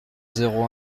zéro